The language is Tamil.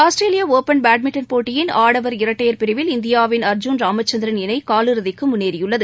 ஆஸ்திரேலியா ஓபன் பேட்மிட்டண் போட்டியின் ஆடவர் இரட்டையர் பிரிவில் இந்தியாவின் அர்ஜூன் ராமச்சந்திரன் இணை கால் இறுதிக்கு முன்னேறியுள்ளது